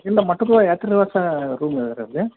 ಇಲ್ಲ ಮಠದವು ಯಾತ್ರಿ ನಿವಾಸ ರೂಮ್ ಇದೆ ರೀ ಅಲ್ಲಿ